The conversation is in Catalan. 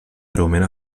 greument